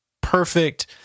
perfect